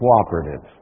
cooperative